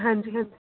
ਹਾਂਜੀ ਹਾਂਜੀ